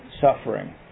suffering